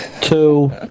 Two